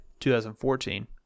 2014